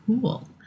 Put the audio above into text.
cool